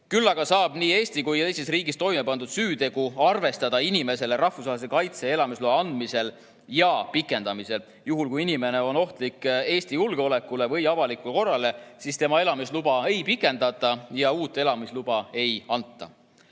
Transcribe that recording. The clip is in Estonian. Küll aga saab nii Eestis kui ka teises riigis toime pandud süütegu arvestada inimesele rahvusvahelise kaitse ja elamisloa andmisel ja pikendamisel. Juhul kui inimene on ohtlik Eesti julgeolekule või avalikule korrale, siis tema elamisluba ei pikendata ja uut elamisluba ei anta.